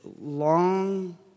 long